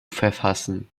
verfassen